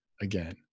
again